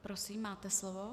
Prosím, máte slovo.